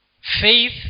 Faith